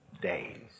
days